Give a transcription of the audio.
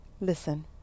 Listen